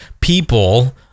people